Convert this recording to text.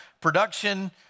production